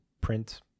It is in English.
print